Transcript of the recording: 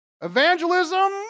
Evangelism